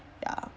ya